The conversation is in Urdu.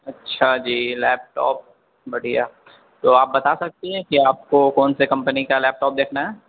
اچھا جی لیپ ٹاپ بڑھیا تو آپ بتا سکتی ہیں کہ آپ کو کون سے کمپنی کا لیپ ٹاپ دیکھنا ہے